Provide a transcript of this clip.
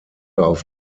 auf